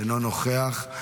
אינו נוכח,